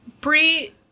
Bree